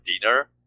dinner